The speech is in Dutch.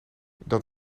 dat